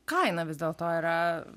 kaina vis dėlto yra